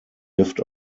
lived